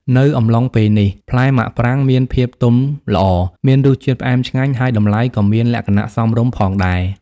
នៅអំឡុងពេលនេះ ផ្លែមាក់ប្រាងមានភាពទុំល្អ មានរសជាតិផ្អែមឆ្ងាញ់ ហើយតម្លៃក៏មានលក្ខណៈសមរម្យផងដែរ។